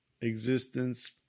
existence